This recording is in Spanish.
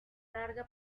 larga